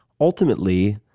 ultimately